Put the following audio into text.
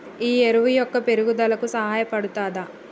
ఈ ఎరువు మొక్క పెరుగుదలకు సహాయపడుతదా?